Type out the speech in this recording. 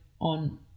on